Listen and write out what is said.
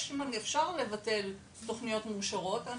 אפשר לבטל תוכניות מאושרות.